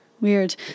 Weird